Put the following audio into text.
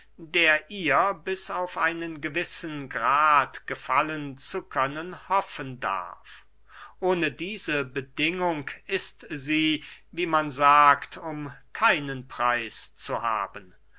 der ihr bis auf einen gewissen grad gefallen zu können hoffen darf ohne diese bedingung ist sie wie man sagt um keinen preis zu haben